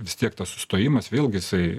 vis tiek tas sustojimas vėlgi jisai